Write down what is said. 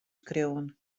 skriuwen